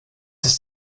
ist